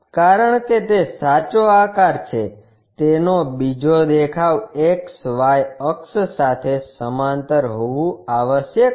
કારણ કે તે સાચો આકાર છે તેનો બીજો દેખાવ XY અક્ષ સાથે સમાંતર હોવું આવશ્યક છે